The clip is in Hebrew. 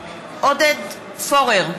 עודד פורר,